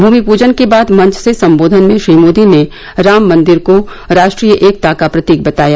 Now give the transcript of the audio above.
भूमि पूजन के बाद मंच से संबोधन में श्री मोदी ने राम मन्दिर को राष्ट्रीय एकता का प्रतीक बताया